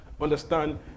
understand